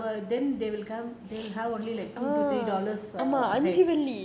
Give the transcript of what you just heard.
then they will come they will have only like two to three dollars so like